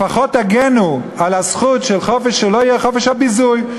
לפחות תגנו על הזכות לחופש, שלא יהיה חופש הביזוי.